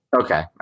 Okay